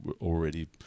already